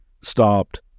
stopped